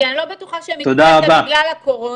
אני לא בטוחה שהם ייקחו את זה בגלל הקורונה,